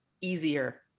easier